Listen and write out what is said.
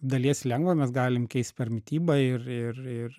dalies lengva mes galim keist per mitybą ir ir ir